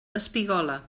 espigola